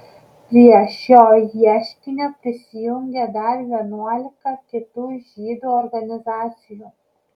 prie šio ieškinio prisijungė dar vienuolika kitų žydų organizacijų